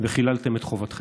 וחיללתם את חובתכם.